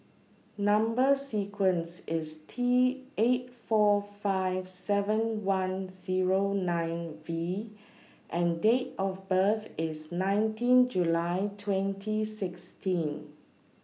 Number sequence IS T eight four five seven one Zero nine V and Date of birth IS nineteen July twenty sixteen